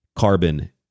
carbon